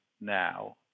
now